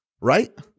Right